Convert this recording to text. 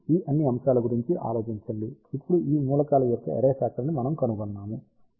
ఇప్పుడు ఈ అన్ని అంశాల గురించి ఆలోచించండి ఇప్పుడు ఈ మూలకాల యొక్క అర్రే ఫ్యాక్టర్ ని మనము కనుగొన్నాము